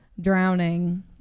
drowning